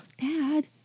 Dad